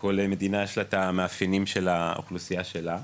שלכל מדינה יש את המאפיינים של האוכלוסייה שלה,